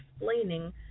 explaining